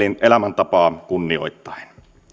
elämäntapaa kunnioittaen